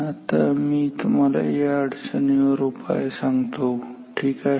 आता मी तुम्हाला या अडचणीवर उपाय सांगतो ठीक आहे